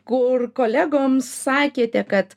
kur kolegoms sakėte kad